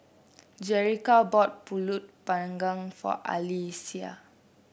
Jerica bought pulut panggang for Alyssia